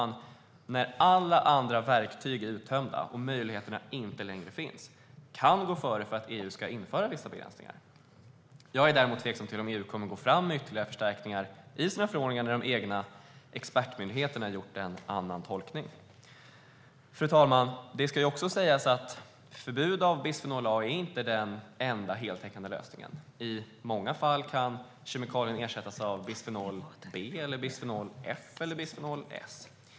När alla andra verktyg är uttömda och möjligheterna inte längre finns är det bra att vi kan gå före för att EU ska införa vissa begränsningar. Jag är däremot tveksam till om EU kommer att gå fram med ytterligare förstärkningar i sina förordningar, när de egna expertmyndigheterna har gjort en annan tolkning. Fru talman! Det ska också sägas att ett förbud mot bisfenol A inte är den enda heltäckande lösningen. I många fall kan kemikalien ersättas av bisfenol B, bisfenol F eller bisfenol S.